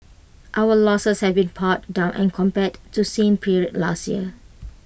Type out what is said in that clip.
our losses have been pared down and compared to same period last year